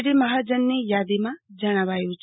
D મહાજનની યાદીમાં જણાવાયું છે